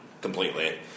completely